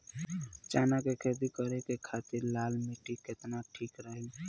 चना के खेती करे के खातिर लाल मिट्टी केतना ठीक रही?